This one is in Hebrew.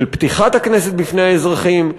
של פתיחת הכנסת בפני האזרחים,